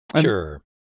sure